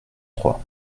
trois